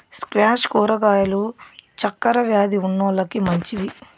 squash కూరగాయలు చక్కర వ్యాది ఉన్నోలకి మంచివి